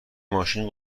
ماشین